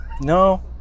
no